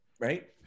Right